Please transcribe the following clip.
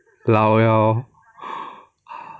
老了